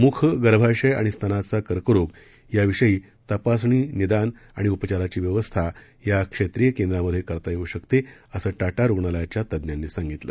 मुख गर्भाशय आणि स्तनाचा कर्करोग याविषयी तपासणी निदान आणि उपचाराची व्यवस्था या क्षेत्रीय केंद्रामध्ये करता येऊ शकते असं टाटा रुग्णालयाच्या तज्ञांनी सांगितलं